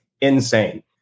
Insane